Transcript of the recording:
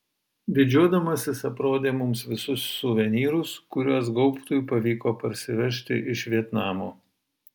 didžiuodamasis aprodė mums visus suvenyrus kuriuos gaubtui pavyko parsivežti iš vietnamo